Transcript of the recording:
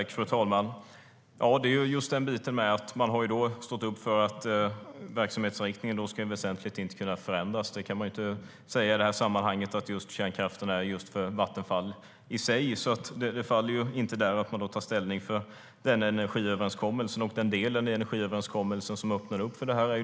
Fru talman! Man har stått upp för att verksamhetsinriktningen inte väsentligt ska kunna förändras. Det kan man inte säga när det gäller Vattenfall och kärnkraften. Men det faller inte på att man tar ställning för energiöverenskommelsen och den del i energiöverenskommelsen som öppnar för det.